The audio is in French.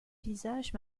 visage